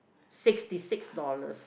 sixty six dollars